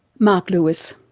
marc lewis.